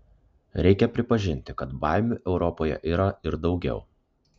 reikia pripažinti kad baimių europoje yra ir daugiau